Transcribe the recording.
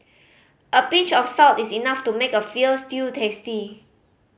a pinch of salt is enough to make a feel stew tasty